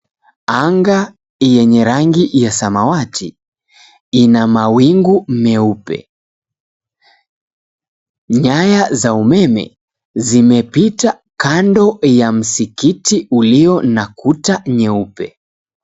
Anga yenye rangi ya samawati, ina mawingu meupe. Nyaya za umeme, zimepita kando ya msikiti ulio na kuta nyeupe.